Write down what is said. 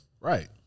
Right